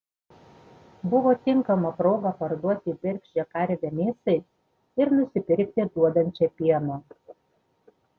buvo tinkama proga parduoti bergždžią karvę mėsai ir nusipirkti duodančią pieno